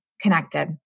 connected